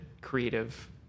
creative